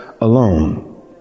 alone